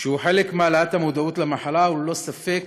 שהוא חלק מהעלאת המודעות למחלה, הוא ללא ספק